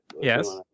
Yes